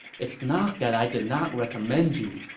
it's not that i did not recommend you,